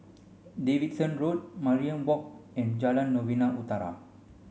Davidson Road Mariam Walk and Jalan Novena Utara